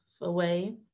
away